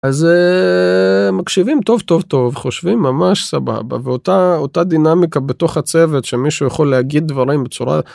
אז א...מקשיבים טוב טוב טוב, חושבים ממש סבבה, ואותה, אותה דינמיקה בתוך הצוות, שמישהו יכול להגיד דברים בצורה...